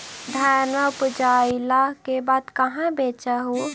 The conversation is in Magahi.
धनमा उपजाईला के बाद कहाँ बेच हू?